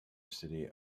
city